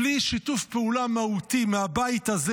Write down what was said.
בלי שיתוף פעולה מהותי מהבית הזה